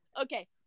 okay